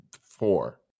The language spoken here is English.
four